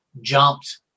jumped